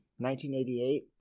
1988